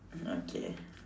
hmm okay